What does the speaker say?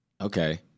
Okay